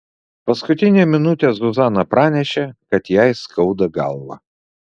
paskutinę minutę zuzana pranešė kad jai skauda galvą